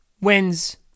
wins